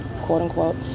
quote-unquote